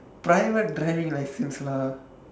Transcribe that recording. private driving license lah